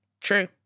True